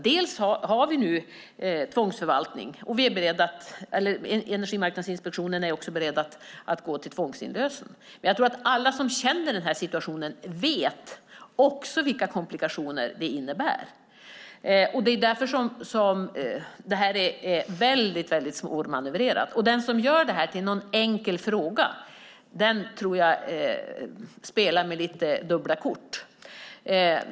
Dels har vi nu tvångsförvaltning, och Energimarknadsinspektionen är också beredd att gå till tvångsinlösen. Men jag tror att alla som känner till den här situationen också vet vilka komplikationer det innebär, och det är därför som det här är väldigt svårmanövrerat. Den som gör detta till en enkel fråga tror jag därför spelar med dubbla kort.